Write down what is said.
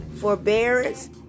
forbearance